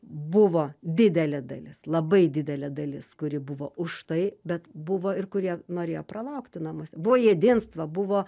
buvo didelė dalis labai didelė dalis kuri buvo už tai bet buvo ir kurie norėjo pralaukti namuose buvo jedinstvo buvo